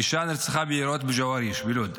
אישה נרצחה ביריות בגו'אריש בלוד,